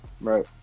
Right